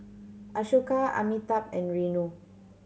Ashoka Amitabh and Renu